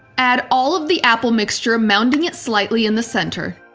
add all of the apple mixture mounting it slightly in the center.